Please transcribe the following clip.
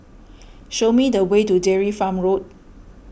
show me the way to Dairy Farm Road